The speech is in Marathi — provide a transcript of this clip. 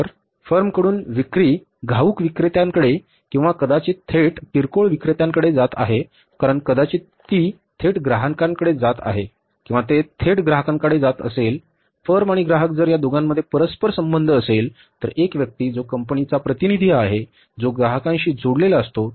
जर फर्मकडून विक्री घाऊक विक्रेत्याकडे किंवा कदाचित थेट किरकोळ विक्रेत्याकडे जात आहे कारण कदाचित ती थेट ग्राहकांकडे जात आहे किंवा ते थेट ग्राहकाकडे जात असेल फर्म आणि ग्राहक जर त्या दोघांमध्ये परस्पर संबंध असेल तर एक व्यक्ती जो कंपनीचा प्रतिनिधी आहे जो ग्राहकांशी जोडलेला असतो